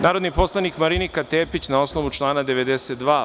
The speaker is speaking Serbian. Narodni poslanik Marinika Tepić, na osnovu člana 92.